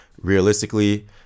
realistically